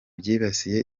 byibasiye